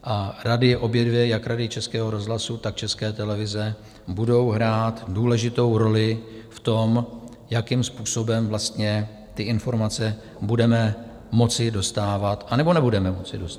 A rady, obě dvě, jak Rady Českého rozhlasu, tak České televize, budou hrát důležitou roli v tom, jakým způsobem vlastně ty informace budeme moci dostávat, anebo nebudeme moci dostávat.